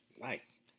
Nice